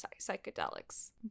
psychedelics